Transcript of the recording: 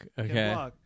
okay